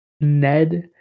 Ned